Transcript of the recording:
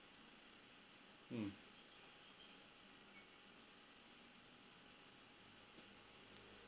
mm